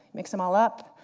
mix them all up,